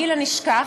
הגיל הנשכח.